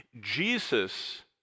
jesus